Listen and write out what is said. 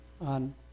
on